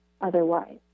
otherwise